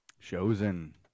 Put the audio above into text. Chosen